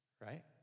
right